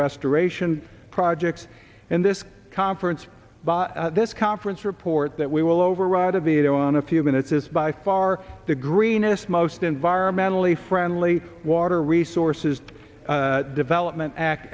restoration projects and this conference by this conference report that we will override a veto on a few minutes is by far the greenest most environmentally friendly water resources development act